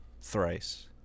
thrice